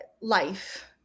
life